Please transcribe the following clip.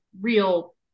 real